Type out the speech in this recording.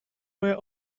where